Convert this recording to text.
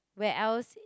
where else